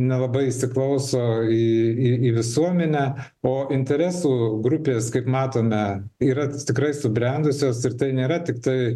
nelabai įsiklauso į visuomenę o interesų grupės kaip matome yra tikrai subrendusios ir tai nėra tiktai